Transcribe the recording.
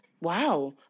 Wow